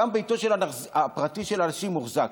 גם ביתו הפרטי של הנשיא מוחזק.